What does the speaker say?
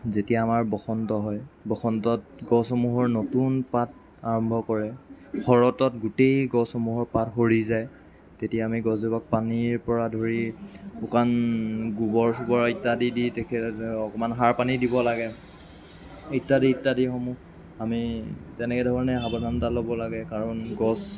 যেতিয়া আমাৰ বসন্ত হয় বসন্তত গছসমূহৰ নতুন পাত আৰম্ভ কৰে শৰতত গোটেই গছসমূহৰ পাত সৰি যায় তেতিয়া আমি গছজোপাক পানীৰ পৰা ধৰি শুকান গোবৰ চোবৰ ইত্যাদি দি তেখেতসকলক অকণমান সাৰ পানী দিব লাগে ইত্যাদি ইত্যাদিসমূহ আমি তেনেধৰণে সাৱধানতা ল'ব লাগে কাৰণ গছ